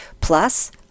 Plus